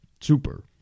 Super